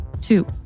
Two